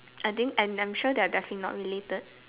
I think and I'm sure that their definitely not related